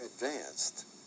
advanced